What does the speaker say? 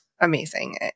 amazing